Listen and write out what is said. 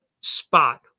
spot